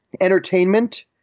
entertainment